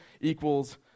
equals